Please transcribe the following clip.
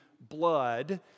blood